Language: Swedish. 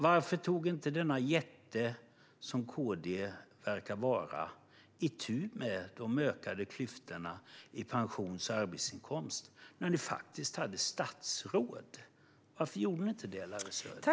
Varför tog inte denna jätte som KD verkar vara itu med de ökade klyftorna mellan pensions och arbetsinkomst, när ni faktiskt hade statsråd med i regeringen? Varför gjorde ni inte det, Larry Söder?